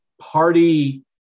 party